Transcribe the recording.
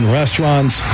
restaurants